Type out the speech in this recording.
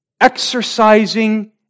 exercising